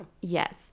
Yes